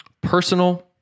personal